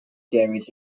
damage